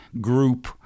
group